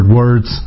words